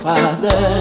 Father